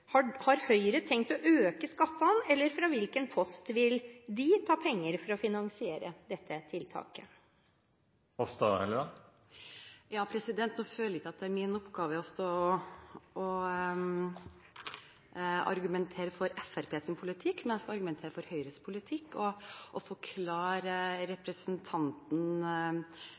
Har Høyre tenkt å øke skattene, eller fra hvilken post vil de ta penger for å finansiere dette tiltaket? Nå føler jeg ikke at det er min oppgave å argumentere for Fremskrittspartiets politikk, men jeg skal argumentere for Høyres politikk og forklare representanten